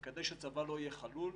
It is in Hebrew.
כדי שצבא לא יהיה חלול,